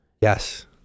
Yes